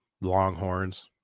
Longhorns